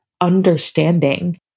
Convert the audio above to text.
understanding